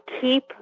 keep